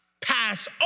pass